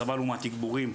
סבלנו מהתגבורים,